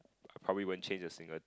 I probably won't change a single